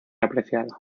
apreciado